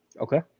Okay